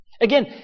Again